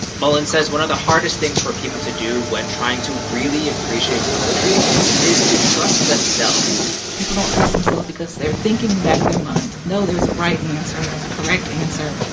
mullen says one of the hardest things for people to do when trying to really appreciate poetry is to trust themselves people don't trust themselves because they're thinking in the back of their minds, no, there's a right answer, there's a correct answer.